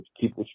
keep